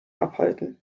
abhalten